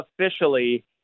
officially